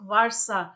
Varsa